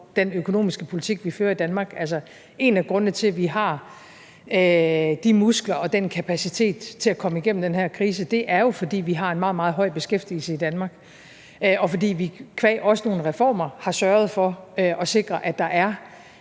den økonomiske politik, vi fører i Danmark, er en af grundene til, at vi har de muskler og den kapacitet til at komme igennem den her krise, at vi har en meget, meget høj beskæftigelse i Danmark, og fordi vi også qua nogle reformer har sørget for at sikre, at der er